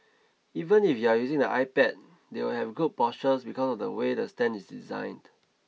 even if you're using the iPad they will have good postures because of the way the stand is designed